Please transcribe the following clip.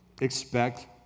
expect